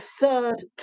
third